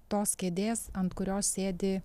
tos kėdės ant kurios sėdi